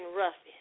rough